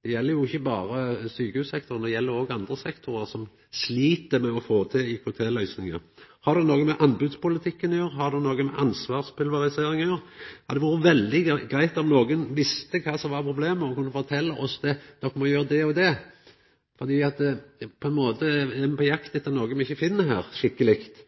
Det gjeld jo ikkje berre sjukehussektoren; det gjeld òg andre sektorar som slit med å få til IKT-løysingar. Har det noko med anbodspolitikken å gjera? Har det noko med ansvarspulverisering å gjera? Det hadde vore veldig greitt om nokon visste kva som var problemet, og kunne fortelja oss at me må gjera det og det. På ein måte er ein på jakt etter noko ein ikkje finn